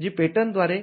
जी पेटंटद्वारे